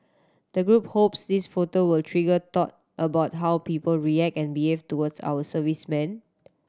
the group hopes these photo will trigger thought about how people react and behave towards our servicemen